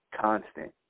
constant